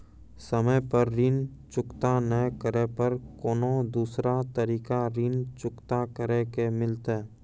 समय पर ऋण चुकता नै करे पर कोनो दूसरा तरीका ऋण चुकता करे के मिलतै?